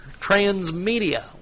transmedia